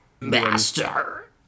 Master